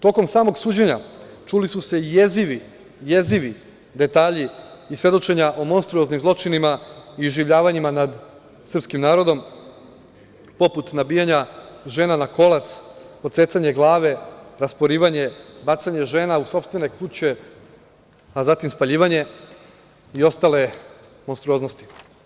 Tokom samog suđenja čuli su se jezivi detalji i svedočenja o monstruoznim zločinima i iživljavanjima nad srpskim narodom, poput nabijanja žena na kolac, odsecanja glave, rasporivanja, bacanja žena u sopstvene kuće, a zatim spaljivanja i ostale monstruoznosti.